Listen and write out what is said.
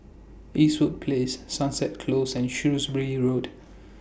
Eastwood Place Sunset Close and Shrewsbury Road